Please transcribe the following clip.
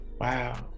Wow